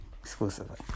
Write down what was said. exclusively